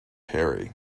harry